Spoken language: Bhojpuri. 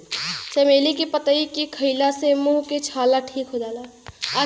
चमेली के पतइ के खईला से मुंह के छाला ठीक हो जाला